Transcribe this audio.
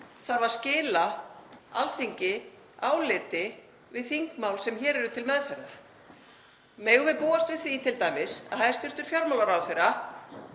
þarf að skila Alþingi áliti við þingmál sem hér eru til meðferðar. Megum við t.d. búast við því að hæstv. fjármálaráðherra